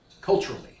Culturally